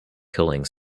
killing